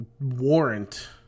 warrant